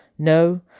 No